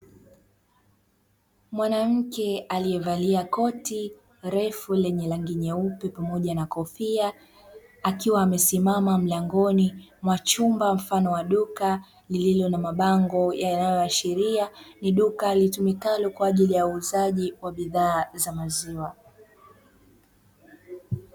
Mwanamke aliyevalia koti refu lenye rangi nyeupe pamoja na kofia, akiwa amesimama mlangoni mwa chumba mfano wa duka lililo na mabango; yanayoashiria ni duka litumikalo kwa ajili ya uuzaji wa bidhaa za maziwa.